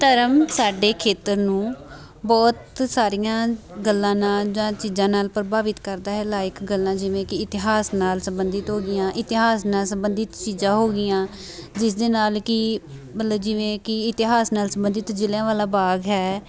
ਧਰਮ ਸਾਡੇ ਖੇਤਰ ਨੂੰ ਬਹੁਤ ਸਾਰੀਆਂ ਗੱਲਾਂ ਨਾਲ ਜਾਂ ਚੀਜ਼ਾਂ ਨਾਲ ਪ੍ਰਭਾਵਿਤ ਕਰਦਾ ਹੈ ਲਾਈਕ ਗੱਲਾਂ ਜਿਵੇਂ ਕਿ ਇਤਿਹਾਸ ਨਾਲ ਸੰਬੰਧਿਤ ਹੋ ਗਈਆਂ ਇਤਿਹਾਸ ਨਾਲ ਸੰਬੰਧਿਤ ਚੀਜ਼ਾਂ ਹੋ ਗਈਆਂ ਜਿਸ ਦੇ ਨਾਲ ਕਿ ਮਤਲਬ ਜਿਵੇਂ ਕਿ ਇਤਿਹਾਸ ਨਾਲ ਸੰਬੰਧਿਤ ਜਲ੍ਹਿਆਂਵਾਲਾ ਬਾਗ ਹੈ